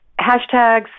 hashtags